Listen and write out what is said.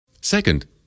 Second